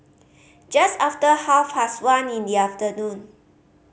just after half past one in the afternoon